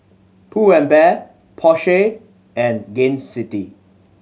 Pull and Bear Porsche and Gain City